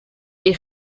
est